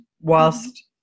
whilst